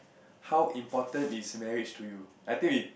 how important is marriage to you I think we